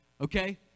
Okay